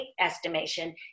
estimation